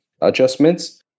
adjustments